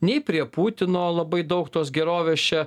nei prie putino labai daug tos gerovės čia